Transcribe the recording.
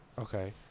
Okay